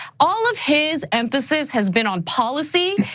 all of his emphasis has been on policy,